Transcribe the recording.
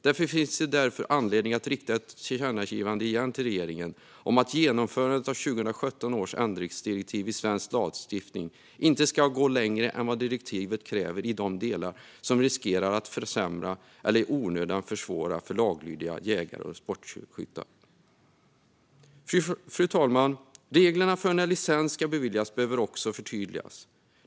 Det finns därför anledning att rikta ett tillkännagivande igen till regeringen om att genomförandet av 2017 års ändringsdirektiv i svensk lagstiftning inte ska gå längre än vad direktivet kräver i de delar som riskerar att försämra eller i onödan försvåra för laglydiga jägare och sportskyttar. Fru talman! Reglerna för när licens ska beviljas behöver också förtydligas.